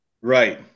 right